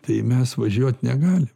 tai mes važiuot negalim